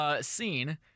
Scene